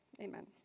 Amen